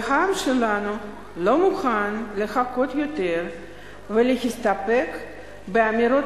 והעם שלנו לא מוכן לחכות יותר ולהסתפק באמירות